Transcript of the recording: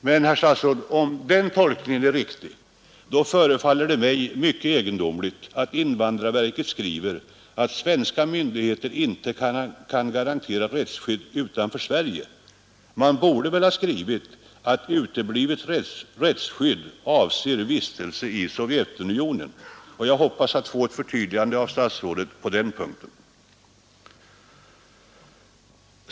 Men, herr statsråd, om denna tolkning är riktig, förefaller det mig mycket egendomligt att invandrarverket skriver att ”svenska myndigheter inte kan garantera rättsskydd utanför Sverige”. Man borde väl ha skrivit, att uteblivet rättsskydd avsåg vistelse i Sovjetunionen. Jag hoppas att få ett förtydligande av statsrådet på den punkten.